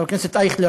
חבר הכנסת אייכלר,